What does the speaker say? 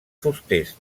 fusters